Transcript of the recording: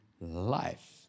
life